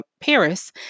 Paris